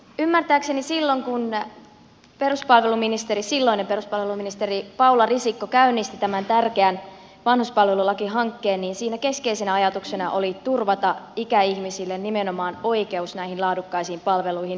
ymmärtääkseni silloin kun silloinen peruspalveluministeri paula risikko käynnisti tämän tärkeän vanhuspalvelulakihankkeen siinä keskeisenä ajatuksena oli turvata ikäihmisille nimenomaan oikeus näihin laadukkaisiin palveluihin